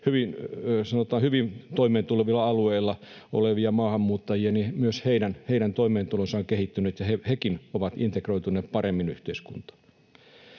hyvin toimeentulevilla alueilla on maahanmuuttajia, myös heidän toimeentulonsa on kehittynyt ja hekin ovat integroituneet paremmin yhteiskuntaan.